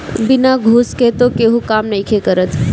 बिना घूस के तअ केहू काम नइखे करत